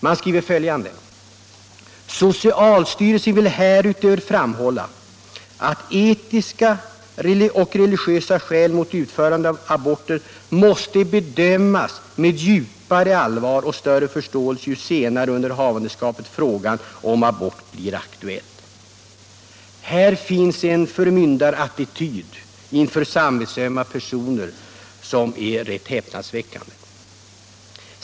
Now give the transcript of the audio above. Man skriver följande: ”Socialstyrelsen vill härutöver framhålla att etiska och religiösa skäl mot utförande av aborter måste bedömas med djupare allvar och större förståelse ju senare under havandeskapet frågan om abort blir aktuell.” Här finns en förmyndarattityd inför samvetsömma personer som är rätt häpnadsväckande.